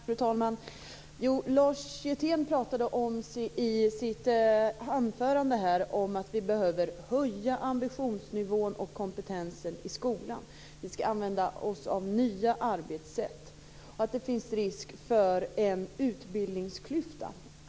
Fru talman! Lars Hjertén pratade i sitt anförande här om att vi behöver höja ambitionsnivån och kompetensen i skolan, att vi skall använda oss av nya arbetssätt och att det annars finns risk för en utbildningsklyfta.